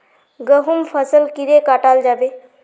गहुम फसल कीड़े कटाल जाबे?